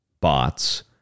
bots